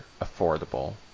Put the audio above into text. affordable